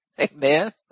amen